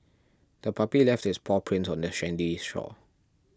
the puppy left its paw prints on the sandy shore